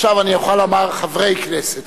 עכשיו אני יכול לומר: חברי הכנסת,